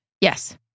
Yes